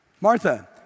Martha